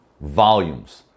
volumes